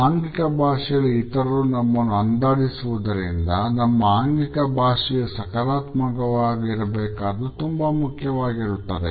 ಆಂಗಿಕ ಭಾಷೆಯಲ್ಲಿ ಇತರರು ನಮ್ಮನ್ನು ಅಂದಾಜಿಸುವುದರಿಂದ ನಮ್ಮ ಆಂಗಿಕ ಭಾಷೆಯು ಸಕಾರಾತ್ಮಕವಾಗಿರಬೇಕಾದ್ದು ಮುಖ್ಯವಾಗುತ್ತದೆ